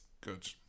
good